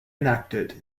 enacted